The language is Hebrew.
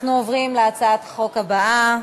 אנחנו עוברים להצעת החוק הבאה: